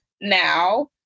now